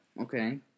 Okay